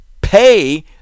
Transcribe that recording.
Pay